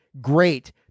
great